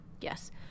Yes